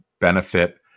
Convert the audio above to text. benefit